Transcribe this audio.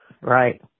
Right